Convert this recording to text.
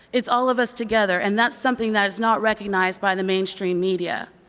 it's all of us together, and that's something that is not recognized by the mainstream media.